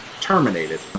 terminated